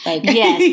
Yes